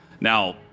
Now